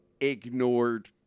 ignored